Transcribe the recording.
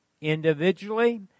Individually